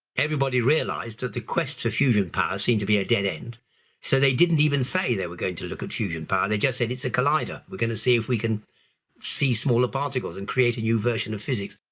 everybody realized that the quest for fusion power seemed to be a dead end so they didn't even say they were going to look at fusion power they just said it's a collider, we're going to see if we can see smaller particles and create a new version of physics.